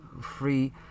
free